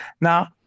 Now